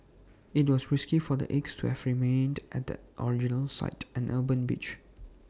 IT was risky for the eggs to have remained at the original site an urban beach